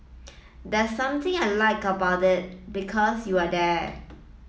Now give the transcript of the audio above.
there's something I like about it because you're there